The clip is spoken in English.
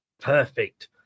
perfect